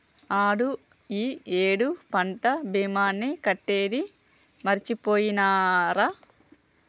ఆడు ఈ ఏడు పంట భీమాని కట్టేది మరిచిపోయినారా